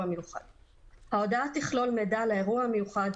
המיוחד; ההודעה תכלול מידע על האירוע המיוחד,